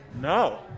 no